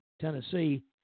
Tennessee